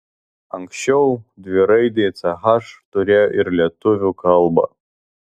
anksčiau dviraidį ch turėjo ir lietuvių kalba